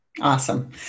awesome